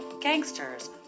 gangsters